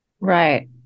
Right